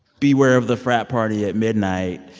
beware of the frat party at midnight,